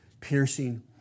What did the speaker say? piercing